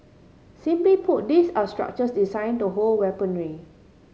simply put these are structures design to hold weaponry